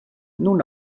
nun